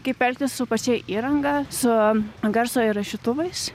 kaip elgtis su pačia įranga su garso įrašytuvais